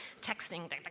texting